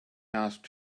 asked